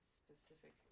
specific